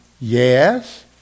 Yes